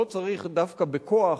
לא צריך דווקא בכוח,